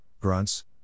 grunts